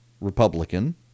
Republican